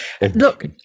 Look